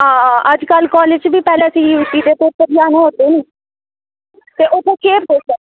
आं अज्जकल कॉलेज़ बिच बी पैह्लें पेपर लैने पौने ते उत्थें केह् ऐ